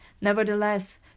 Nevertheless